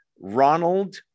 Ronald